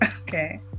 okay